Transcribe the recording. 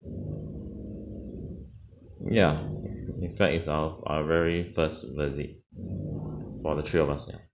ya in fact it's our our very first visit for the three of us ya